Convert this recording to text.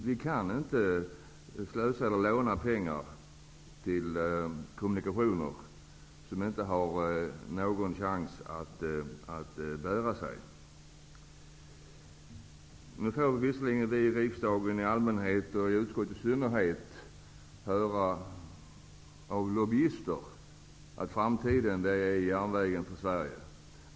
Vi kan inte slösa och låna pengar till kommunikationer som inte har någon chans att bära sig. Nu får vi visserligen i riksdagen i allmänhet och i utskottet i synnerhet av lobbyister höra att framtiden för Sverige är järnvägen.